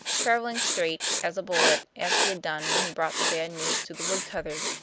traveling straight, as a bullet, as he had done when he brought the bad news to the woodcutter.